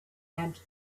and